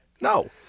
No